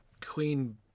Queen